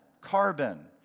carbon